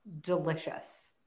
delicious